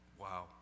wow